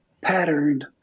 patterned